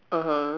(uh huh)